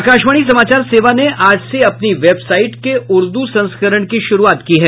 आकाशवाणी समाचार सेवा ने आज से अपनी वेबसाईट के उर्दू संस्करण की शुरूआत की है